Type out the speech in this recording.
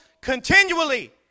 continually